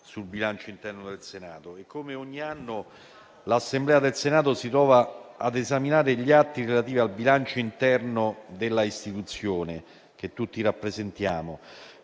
sul bilancio interno del Senato. Come ogni anno l'Assemblea del Senato si trova ad esaminare gli atti relativi al bilancio interno dell'Istituzione che tutti rappresentiamo.